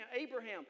Abraham